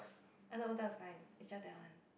other otah is fine it's just that one